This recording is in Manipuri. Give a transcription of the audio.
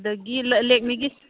ꯑꯗꯒꯤ ꯂꯦꯛꯃꯤꯒꯤ